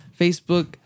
facebook